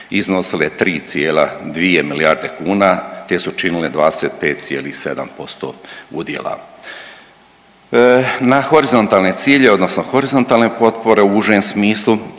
iznosile 3,2 milijarde kuna te su činile 25,7% udjela. Na horizontalne cilj odnosno horizontalne potpore u užem smislu,